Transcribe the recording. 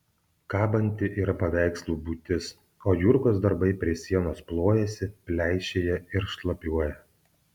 kabanti yra paveikslų būtis o jurgos darbai prie sienos plojasi pleišėja ir šlapiuoja